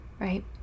right